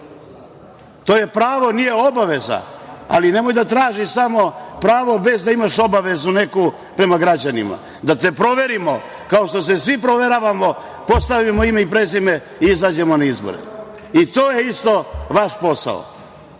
To je pravo, nije obaveza, ali nemoj da tražiš samo pravo bez da imaš obavezu neku prema građanima, da te proverimo kao što se svi proveravamo, postavimo ime i prezime i izađemo na izbore. To je isto vaš posao.